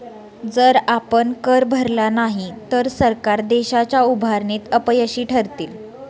जर आपण कर भरला नाही तर सरकार देशाच्या उभारणीत अपयशी ठरतील